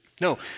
No